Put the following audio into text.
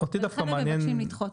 ולכן הם מבקשים לדחות.